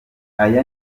aya